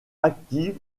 active